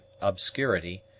obscurity